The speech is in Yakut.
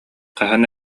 хаһан